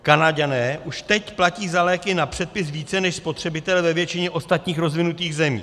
Kanaďané už teď platí za léky na předpis více než spotřebitel v ostatních rozvinutých zemích.